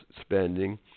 spending